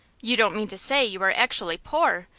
you don't mean to say you are actually poor?